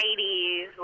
80s